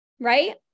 Right